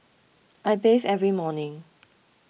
I bathe every morning